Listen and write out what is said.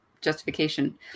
justification